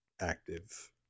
active